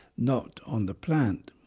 not on the plant.